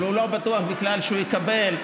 הוא בכלל לא בטוח שהוא יקבל,